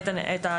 האירוע השני,